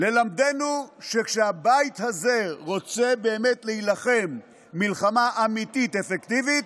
ללמדנו שכשהבית הזה רוצה באמת להילחם מלחמה אמיתית אפקטיבית,